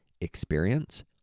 experience